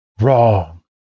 wrong